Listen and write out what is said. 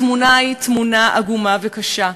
התמונה היא תמונה עגומה וקשה,